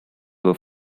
were